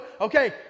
Okay